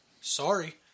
Sorry